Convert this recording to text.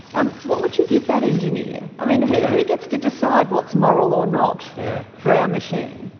um what would you give that engineer? um and who gets to decide what's moral or not for our machine?